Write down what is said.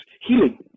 healing